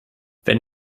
wenn